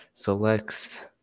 selects